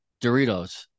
Doritos